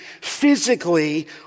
physically